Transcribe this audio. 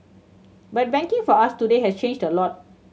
but banking for us today has changed a lot